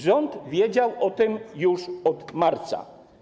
Rząd wiedział o tym już od marca.